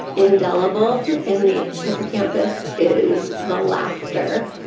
indelible, in the hippocampus, is the laughter.